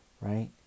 right